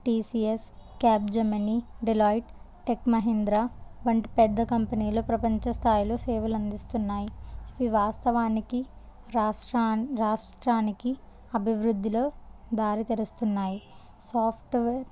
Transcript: TCS Capgemini Deloitte Tech Mahindra వంటి పెద్ద కంపెనీలు ప్రపంచ స్థాయిలో సేవలందిస్తున్నాయి ఇవి వాస్తవానికి రాష్ట్రా రాష్ట్రానికి అభివృద్ధిలో దారి తెరుస్తున్నాయి సాఫ్ట్వేర్